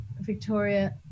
Victoria